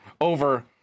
over